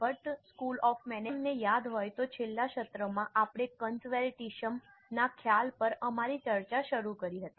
જો તમને યાદ હોય તો છેલ્લા સત્રમાં આપણે કંસર્વેટિસમ ના ખ્યાલ પર અમારી ચર્ચા શરૂ કરી હતી